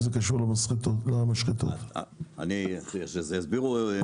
את זה יסבירו האוצר.